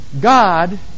God